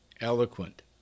eloquent